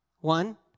One